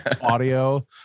audio